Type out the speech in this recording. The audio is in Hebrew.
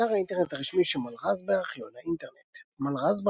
אתר האינטרנט הרשמי של מלר"ז בארכיון האינטרנט מלר"ז,